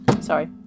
Sorry